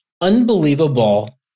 unbelievable